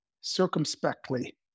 circumspectly